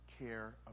care